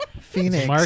Phoenix